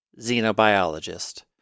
xenobiologist